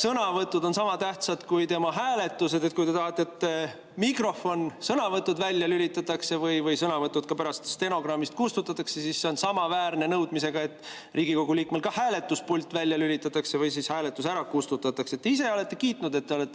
sõnavõtud on sama tähtsad kui tema hääletused. Kui te tahate, et mikrofon, sõnavõtud välja lülitataks või sõnavõtud pärast stenogrammist kustutataks, siis see on samaväärne nõudmisega, et Riigikogu liikmel ka hääletuspult välja lülitataks või hääletus ära kustutataks. Te ise olete kiitnud, et te olete